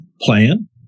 plan